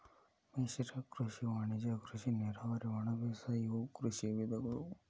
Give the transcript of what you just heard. ಮಿಶ್ರ ಕೃಷಿ ವಾಣಿಜ್ಯ ಕೃಷಿ ನೇರಾವರಿ ಒಣಬೇಸಾಯ ಇವು ಕೃಷಿಯ ವಿಧಗಳು